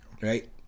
right